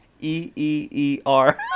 E-E-E-R